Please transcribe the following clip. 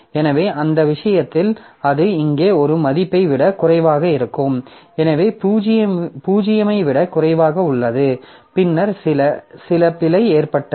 எனவே அந்த விஷயத்தில் அது இங்கே ஒரு மதிப்பை விட குறைவாக இருக்கும் எனவே 0 ஐ விட குறைவாக உள்ளது பின்னர் சில பிழை ஏற்பட்டது